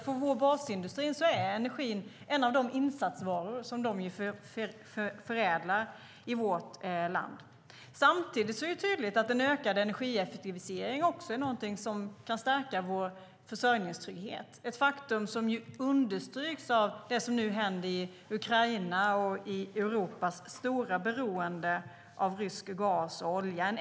För vår basindustri är energin en av de insatsvaror som de förädlar i vårt land. Samtidigt är det också tydligt att ökad energieffektivisering kan stärka vår försörjningstrygghet. Det understryks av det som nu händer i Ukraina och av Europas stora beroende av rysk gas och olja.